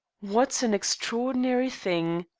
what an extraordinary thing!